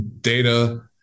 data